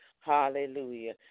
Hallelujah